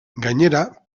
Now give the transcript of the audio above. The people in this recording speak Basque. gainera